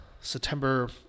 September